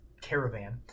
caravan